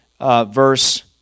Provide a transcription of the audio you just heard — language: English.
verse